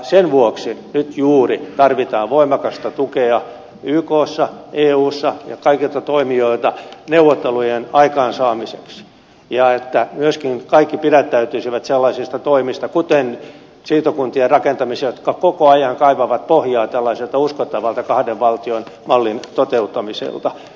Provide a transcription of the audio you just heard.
sen vuoksi nyt juuri tarvitaan voimakasta tukea ykssa eussa ja kaikilta toimijoilta neuvottelujen aikaansaamiseksi ja myöskin sitä että kaikki pidättäytyisivät sellaisista toimista kuten siirtokuntien rakentamisesta jotka koko ajan kaivavat pohjaa tällaiselta uskottavalta kahden valtion mallin toteuttamiselta